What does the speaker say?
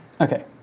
Okay